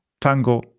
Tango